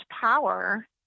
power